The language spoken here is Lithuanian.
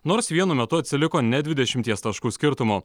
nors vienu metu atsiliko net dvidešimties taškų skirtumu